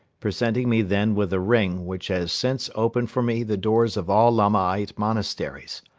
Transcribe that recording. presenting me then with a ring which has since opened for me the doors of all lamaite monasteries.